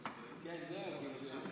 כן, זהו.